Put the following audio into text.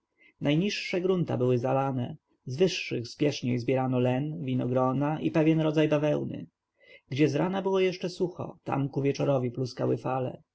najniższe grunta były zalane z wyższych śpiesznie zbierano len winogrona i pewien rodzaj bawełny gdzie z rana było jeszcze sucho tam ku wieczorowi pluskały fale